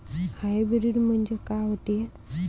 Hybrid म्हनजे का होते?